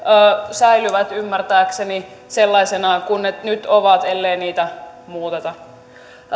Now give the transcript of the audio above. säilyvät ymmärtääkseni sellaisina kuin ne nyt ovat ellei niitä muuteta